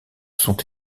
sont